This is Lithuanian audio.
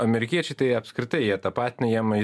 amerikiečiai tai apskritai jie tapatina jiem